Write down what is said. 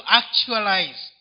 actualize